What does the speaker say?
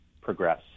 progress